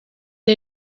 est